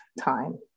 time